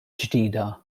ġdida